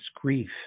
grief